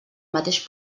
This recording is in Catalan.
mateix